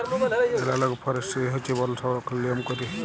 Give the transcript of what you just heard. এলালগ forestry হছে বল সংরক্ষলের লিয়ম ক্যইরে